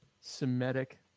Semitic